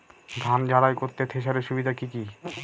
ধান ঝারাই করতে থেসারের সুবিধা কি কি?